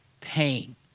Pain